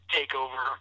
TakeOver